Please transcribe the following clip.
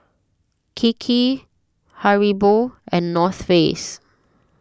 Kiki Haribo and North Face